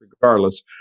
regardless